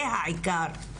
זה העיקר.